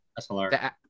SLR